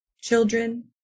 children